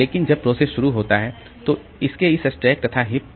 तो लेकिन जब प्रोसेस शुरू होता है तो इसके इस स्टैक तथा हीप